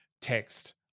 text –